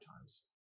times